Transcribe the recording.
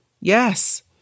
Yes